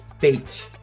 Beach